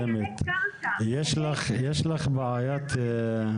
יש לך בעיית זום,